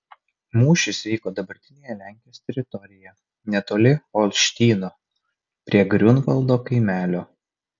mūšis vyko dabartinėje lenkijos teritorijoje netoli olštyno prie griunvaldo kaimelio